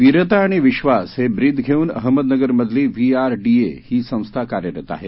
वीरता आणि विश्वास हे ब्रीद घेऊन अहमदनगर मधली व्ही आर डी ही संस्था कार्यरत आहे